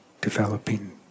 developing